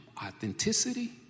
Authenticity